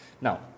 Now